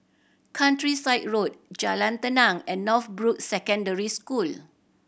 Countryside Road Jalan Tenang and Northbrooks Secondary School